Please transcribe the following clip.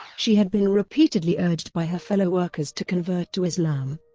she had been repeatedly urged by her fellow workers to convert to islam.